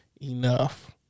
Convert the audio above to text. enough